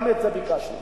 גם את זה ביקשנו.